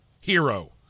hero